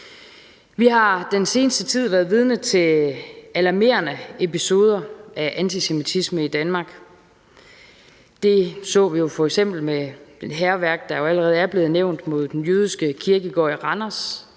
Vi har den seneste tid været vidne til alarmerende episoder af antisemitisme i Danmark. Det så vi jo f.eks. med det hærværk, der allerede er blevet nævnt, mod den jødiske kirkegård i Randers;